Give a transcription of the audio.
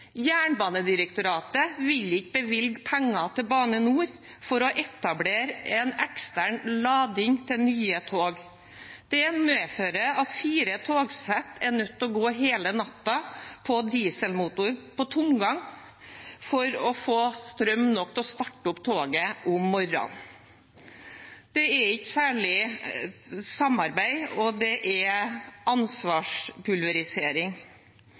etablere en ekstern lading til nye tog. Det medfører at fire togsett er nødt til å gå hele natten på dieselmotor på tomgang for å få strøm nok til å starte opp toget om morgenen. Det er ikke særlig til samarbeid, og det er ansvarspulverisering.